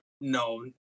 no